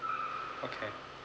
okay